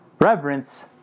Reverence